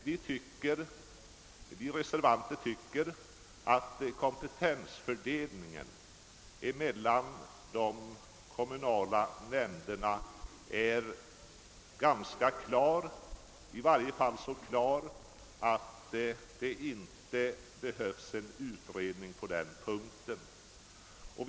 Vi reservanter tycker att kompetensfördelningen mellan de kommunala nämnderna är ganska klar, i varje fall så klar att det inte behövs en utredning på den punkten.